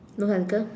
don't have glove